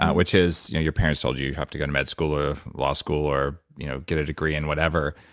which is your parents told you you have to go to med school or law school or you know get a degree in whatever.